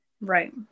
Right